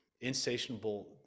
insatiable